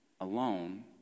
alone